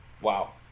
Wow